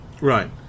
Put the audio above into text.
Right